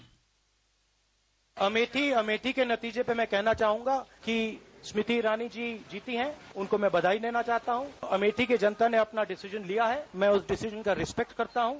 bite Amethi के नतीजे पर मैं कहना चाहूंगा कि स्मृति ईरानी जी जीती है उन्हें मैं बधाई देना चाहता हूं और जनता ने अपना डिसीजन लिया है मैं उस डिसीजन का रिस्पेक्ट करता हूं